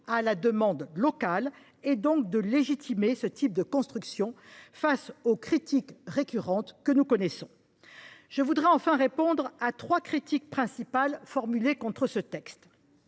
à la demande locale et donc de légitimer ce type de construction face aux critiques récurrentes que nous connaissons. Je voudrais enfin répondre aux trois critiques principales formulées contre ce texte.